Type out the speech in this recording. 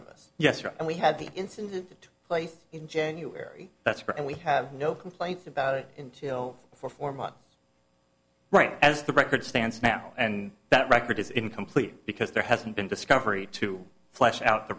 of us yesterday and we had the incident took place in january that's right and we have no complaints about it until four four months right as the record stands now and that record is incomplete because there hasn't been discovery to flesh out the